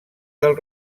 del